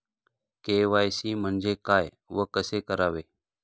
KYC म्हणजे काय व कसे करावे?